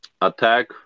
attack